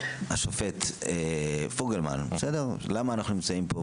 של השופט פוגלמן, למה אנחנו נמצאים פה.